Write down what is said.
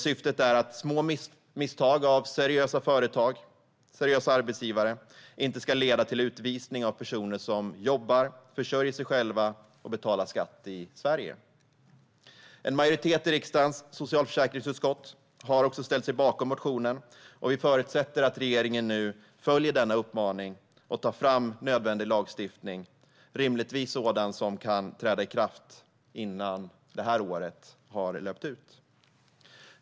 Syftet är att små misstag av seriösa företag och arbetsgivare inte ska leda till utvisning av personer som jobbar, försörjer sig själva och betalar skatt i Sverige. En majoritet i riksdagens socialförsäkringsutskott har också ställt sig bakom motionen, och vi förutsätter att regeringen nu följer denna uppmaning och tar fram nödvändig lagstiftning - rimligtvis sådan som kan träda i kraft innan detta år har löpt ut.